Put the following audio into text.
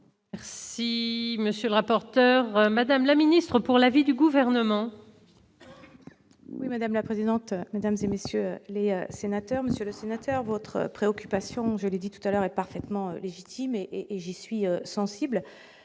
C'est monsieur le rapporteur, Madame la ministre pour la avis du gouvernement. Oui, madame la présidente, mesdames et messieurs les sénateurs, Monsieur le Sénateur, votre préoccupation, je l'ai dit tout à l'heure est parfaitement légitime et et j'y suis sensible,